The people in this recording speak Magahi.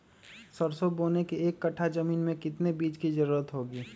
सरसो बोने के एक कट्ठा जमीन में कितने बीज की जरूरत होंगी?